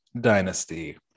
dynasty